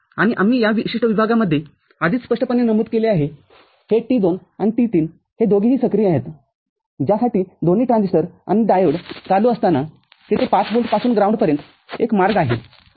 आणि आम्ही या विशिष्ट विभागामध्ये आधीच स्पष्टपणे नमूद केले आहेहे T२ आणि T३ हे दोघेही सक्रिय आहेतज्यासाठी दोन्ही ट्रान्झिस्टरआणि डायोड चालू असताना तेथे ५ व्होल्टपासून ग्राउंडपर्यंत एक मार्ग आहे